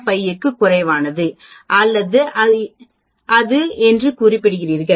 05 க்கும் குறைவானது அல்லது அது என்று கூறுகிறீர்கள்